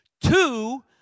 two